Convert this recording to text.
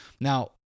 Now